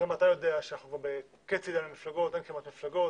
גם אתה יודע שאין כמעט מפלגות,